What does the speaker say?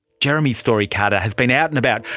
jeremy story carter has been out and about,